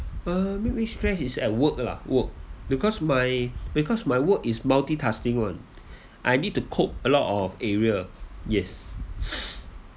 uh make me stress is at work lah work because my because my work is multitasking [one] I need to cope a lot of area yes